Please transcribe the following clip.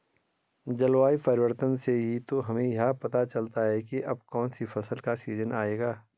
जलवायु परिवर्तन से ही तो हमें यह पता चलता है की अब कौन सी फसल का सीजन आयेगा